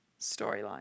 storyline